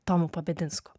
tomu pabedinsku